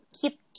keep